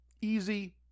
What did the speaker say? Easy